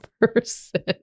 person